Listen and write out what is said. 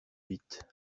vite